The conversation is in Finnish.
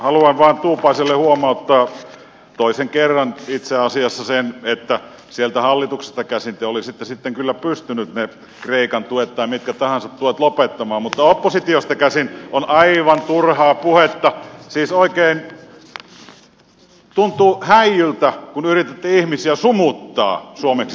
haluan vain tuupaiselle huomauttaa toisen kerran itse asiassa että sieltä hallituksesta käsin te olisitte kyllä pystyneet ne kreikan tuet tai mitkä tahansa tuet lopettamaan mutta oppositiosta käsin on aivan turhaa puhetta siis oikein tuntuu häijyltä kun yritätte ihmisiä sumuttaa suomeksi sanottuna